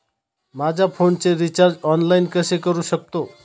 माझ्या फोनचे recharge online कसे करू शकतो?